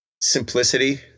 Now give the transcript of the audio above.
Simplicity